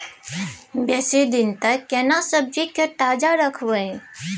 बेसी दिन तक केना सब्जी के ताजा रखब?